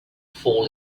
fall